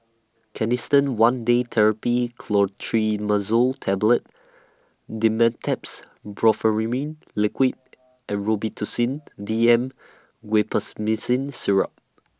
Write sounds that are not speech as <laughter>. Canesten one Day Therapy Clotrimazole Tablet Dimetapp <unintelligible> Brompheniramine Liquid and Robitussin D M Guaiphenesin Syrup